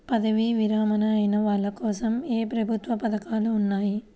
పదవీ విరమణ అయిన వాళ్లకోసం ఏ ప్రభుత్వ పథకాలు ఉన్నాయి?